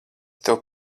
tev